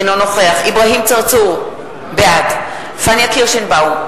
אינו נוכח אברהים צרצור, בעד פניה קירשנבאום,